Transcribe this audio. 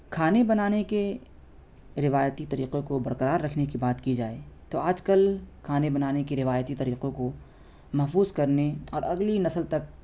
کھانے بنانے کے روایتی طریقوں کو برقرار رکھنے کی بات کی جائے تو آج کل کھانے بنانے کے روایتی طریقوں کو محفوظ کرنے اور اگلی نسل تک